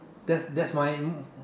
that's that's why mm